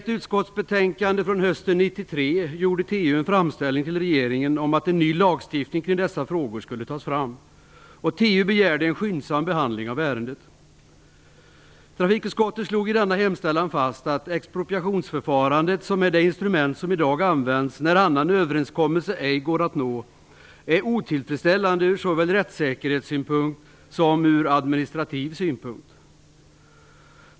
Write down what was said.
TU en framställning till regeringen om att en ny lagstiftning kring dessa frågor skulle tas fram, och TU begärde en skyndsam behandling av ärendet. Trafikutskottet slog i denna hemställan fast att expropriationsförfarandet, som är det instrument som i dag används när annan överenskommelse ej går att nå, är otillfredsställande ur såväl rättssäkerhetssynpunkt som ur administrativ synpunkt.